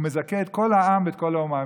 הוא מזכה את כל העם ואת כל האומה.